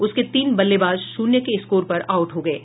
उसके तीन बल्लेवाज शून्य के स्कोर पर आउट हो गये